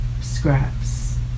scraps